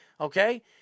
Okay